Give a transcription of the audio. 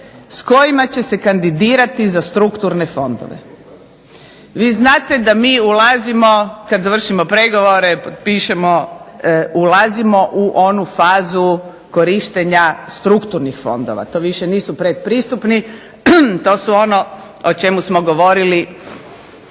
s kojima će se kandidirati u strukturne fondove. Vi znate da mi ulazimo kada završimo pregovore, ulazimo u fazu korištenja strukturnih fondova, to više nisu pretpristupni to su ono o čemu smo govorili